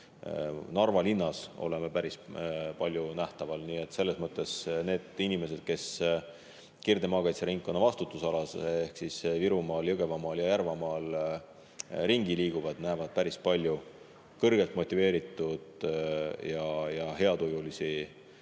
Narva linnas oleme päris palju nähtaval. Nii et selles mõttes need inimesed, kes Kirde maakaitseringkonna vastutusalas ehk siis Virumaal, Jõgevamaal ja Järvamaal ringi liiguvad, näevad päris palju kõrgelt motiveeritud ja heatujulisi